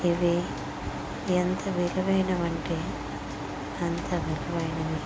ఇది ఎంత విలువైనవి అంటే అంత విలువైనవి